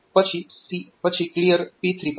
પછી CLR P3